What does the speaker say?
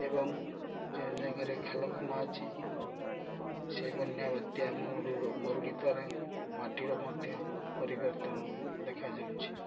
ଏବଂ ଯେଉଁ ଜାଗାରେ ଖାଲଖମା ଅଛି ସେ ବନ୍ୟା ବାତ୍ୟା ମରୁଡ଼ି ଦ୍ଵାରା ମାଟିର ମଧ୍ୟ ପରିବର୍ତ୍ତନ ଦେଖାଯାଉଛି